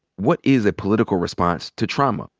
what is a political response to trauma?